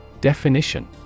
Definition